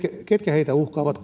ketkä heitä uhkaavat